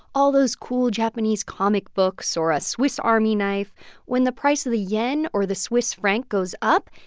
all those cool japanese comic books or a swiss army knife when the price of the yen or the swiss franc goes up,